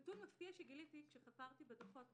נתון מפתיע שגיליתי כשחפרתי בדוחות,